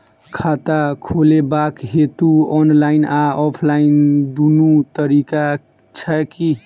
खाता खोलेबाक हेतु ऑनलाइन आ ऑफलाइन दुनू तरीका छै की?